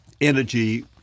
energy